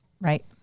Right